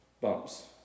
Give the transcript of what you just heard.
bumps